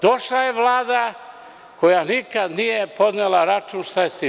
Došla je Vlada koja nikada nije podnela račun šta je sa tim.